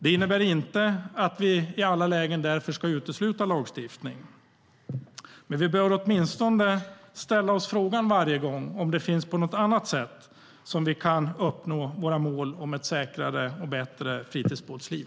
Det innebär inte att vi i alla lägen ska utesluta lagstiftning. Men vi bör åtminstone varje gång ställa oss frågan om vi på något annat sätt kan uppnå våra mål om ett säkrare och bättre fritidsbåtsliv.